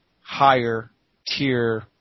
higher-tier